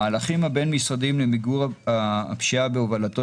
המהלכים הבין-משרדיים למיגור הפשיעה בהובלתו